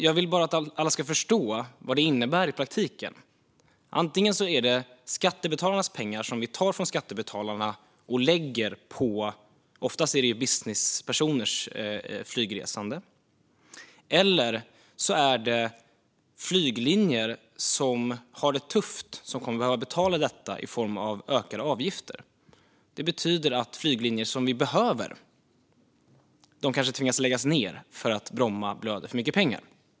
Jag vill bara att alla ska förstå vad detta innebär i praktiken: Antingen tar vi pengar från skattebetalarna och använder dem till vad som oftast är businesspersoners flygresor, eller också är det flyglinjer som har det tufft som behöver betala i form av ökade avgifter. Detta betyder att flyglinjer som vi behöver kanske måste läggas ned för att Bromma blöder för mycket pengar.